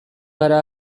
gara